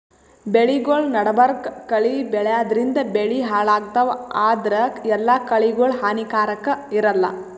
ಬೆಳಿಗೊಳ್ ನಡಬರ್ಕ್ ಕಳಿ ಬೆಳ್ಯಾದ್ರಿನ್ದ ಬೆಳಿ ಹಾಳಾಗ್ತಾವ್ ಆದ್ರ ಎಲ್ಲಾ ಕಳಿಗೋಳ್ ಹಾನಿಕಾರಾಕ್ ಇರಲ್ಲಾ